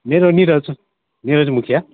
मेरो निरज निरज मुखिया